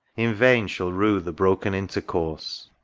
in vain shall rue the broken intercourse.